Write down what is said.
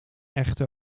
echte